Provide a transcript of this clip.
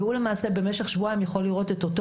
והוא למעשה במשך שבועיים יכול לראות את אותו